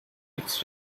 its